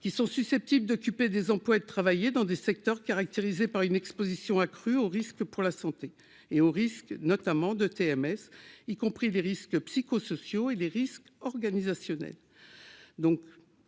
qui sont susceptibles d'occuper des emplois et de travailler dans des secteurs caractérisés par une Exposition accrue aux risques pour la santé et au risque notamment de TMS y compris les risques psychosociaux et les risques organisationnels